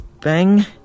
Bang